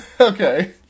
Okay